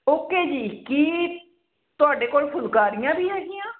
okay ਜੀ ਕੀ ਤੁਹਾਡੇ ਕੋਲ ਫੁਲਕਾਰੀਆਂ ਵੀ ਹੈਗੀਆਂ